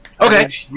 Okay